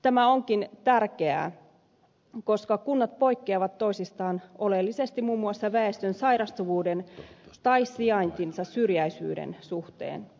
tämä onkin tärkeää koska kunnat poikkeavat toisistaan oleellisesti muun muassa väestön sairastuvuuden tai sijaintinsa syrjäisyyden suhteen